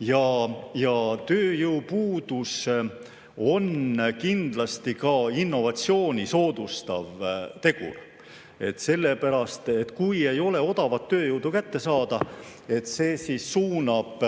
Ja tööjõupuudus on kindlasti ka innovatsiooni soodustav tegur, sellepärast et kui ei ole odavat tööjõudu saada, siis see suunab